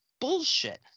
bullshit